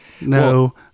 No